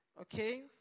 Okay